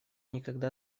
никогда